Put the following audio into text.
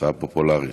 הצעה פופולרית.